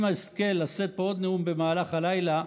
אם אזכה לשאת פה עוד נאום במהלך הלילה,